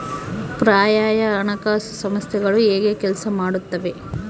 ಪರ್ಯಾಯ ಹಣಕಾಸು ಸಂಸ್ಥೆಗಳು ಹೇಗೆ ಕೆಲಸ ಮಾಡುತ್ತವೆ?